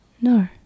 No